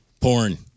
Porn